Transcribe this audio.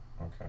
Okay